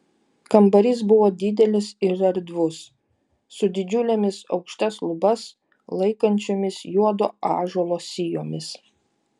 kambarys buvo didelis ir erdvus su didžiulėmis aukštas lubas laikančiomis juodo ąžuolo sijomis